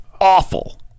awful